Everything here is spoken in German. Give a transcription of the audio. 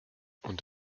und